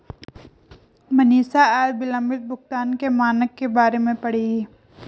मनीषा आज विलंबित भुगतान के मानक के बारे में पढ़ेगी